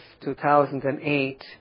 2008